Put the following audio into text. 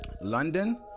London